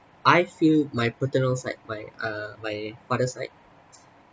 I feel my paternal side my uh my father's side